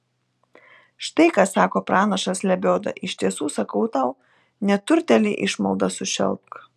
štai ką sako pranašas lebioda iš tiesų sakau tau neturtėlį išmalda sušelpk